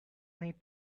need